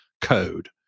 code